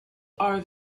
are